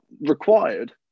required